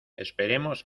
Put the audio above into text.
esperemos